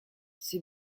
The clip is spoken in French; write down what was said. c’est